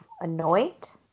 Anoint